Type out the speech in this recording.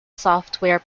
software